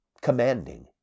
Commanding